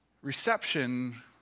reception